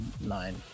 nine